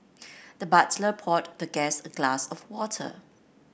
the butler poured the guest a glass of water